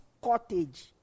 cottage